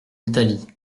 italie